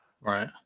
Right